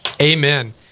Amen